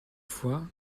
fois